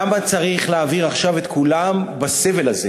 למה צריך להעביר עכשיו את כולם בסבל הזה?